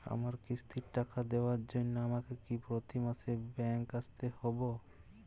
আমার কিস্তির টাকা দেওয়ার জন্য আমাকে কি প্রতি মাসে ব্যাংক আসতে হব?